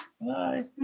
Bye